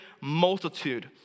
multitude